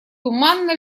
туманно